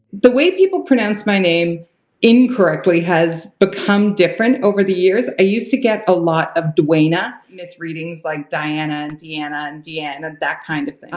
the way people say my name incorrectly has become different over the years. i used to get a lot of dw-ana. misreadings like diana and deanna and dee-ann and and that kind of thing.